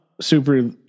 super